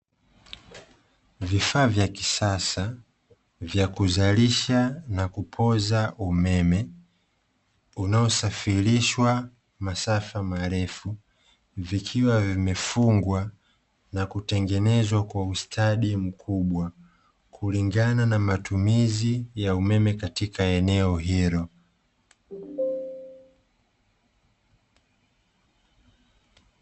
Vifaa vya kisasa vya kuzalisha na kupoza umeme unaosafirishwa masafa marefu, vikiwa vimefungwa na kutengenezwa kwa ustadi mkubwa kulingana na matumizi ya umeme katika eneo hilo.